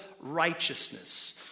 righteousness